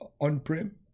on-prem